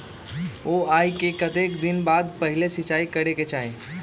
बोआई के कतेक दिन बाद पहिला सिंचाई करे के चाही?